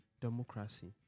democracy